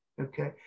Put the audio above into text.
okay